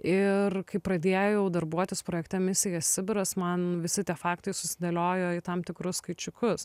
ir kai pradėjau darbuotis projekte misija sibiras man visi tie faktai susidėliojo į tam tikrus skaičiukus